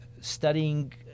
studying